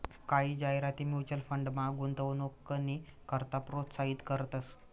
कायी जाहिराती म्युच्युअल फंडमा गुंतवणूकनी करता प्रोत्साहित करतंस